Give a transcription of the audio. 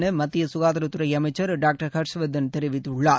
என மத்திய சுகாதாரத்துறை அமைச்சர் டாக்டர் ஹர்ஷ்வர்தன் தெரிவித்துள்ளார்